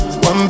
One